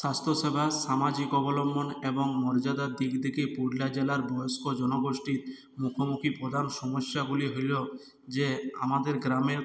স্বাস্থ্যসেবা সামাজিক অবলম্বন এবং মর্যাদার দিক থেকে পুরুলিয়া জেলার বয়স্ক জনগোষ্ঠীর মুখোমুখি প্রধান সমস্যাগুলি হলো যে আমাদের গ্রামের